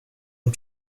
and